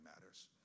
matters